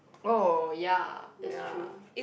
oh ya that's true